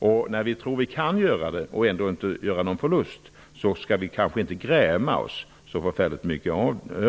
Om vi kan bidra till detta utan att göra någon förlust, skall vi kanske inte gräma oss så förfärligt mycket.